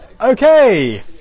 Okay